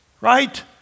right